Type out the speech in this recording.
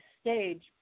stage